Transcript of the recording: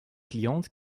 clientes